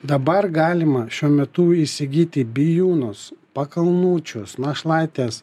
dabar galima šiuo metu įsigyti bijūnus pakalnučius našlaites